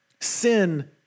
Sin